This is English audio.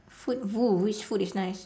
food food which food is nice